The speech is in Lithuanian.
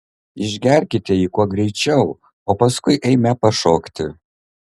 išgerkite jį kuo greičiau o paskui eime pašokti